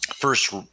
first